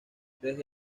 desde